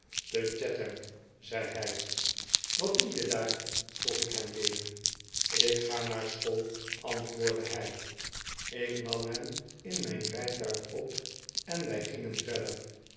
te chatham zei hij wat doe je daar vroeg ik hem weer ik ga naar school antwoordde hij ik nam hem in mijn rijtuig op en wij gingen verder